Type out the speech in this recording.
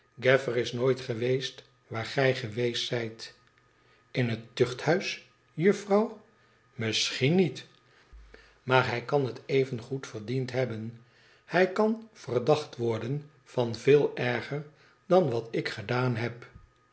gaffer is nooit geweest waar gij geweest zijt in het tuchthuis juffrouw misschien niet maar hij kan het evengoed verdiend hebben hij kan verdacht worden van veel erger dan wat ik gedaan heb